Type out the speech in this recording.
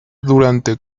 durante